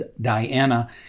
Diana